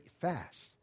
fast